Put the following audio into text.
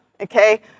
okay